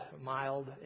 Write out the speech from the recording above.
mild